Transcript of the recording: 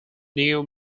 new